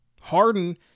Harden